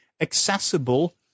accessible